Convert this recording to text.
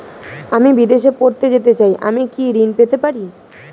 আমি বিদেশে পড়তে যেতে চাই আমি কি ঋণ পেতে পারি?